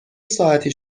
ساعتی